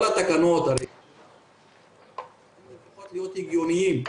כל התקנות --- אז לפחות להיות הגיוניים.